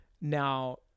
now